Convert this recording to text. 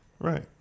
Right